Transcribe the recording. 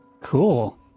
Cool